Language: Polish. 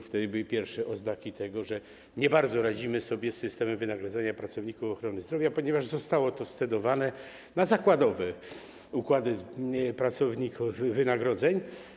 Wtedy były pierwsze oznaki tego, że nie bardzo radzimy sobie z systemem wynagradzania pracowników ochrony zdrowia, ponieważ zostało to scedowane na zakładowe układy wynagrodzeń pracowników.